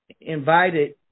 invited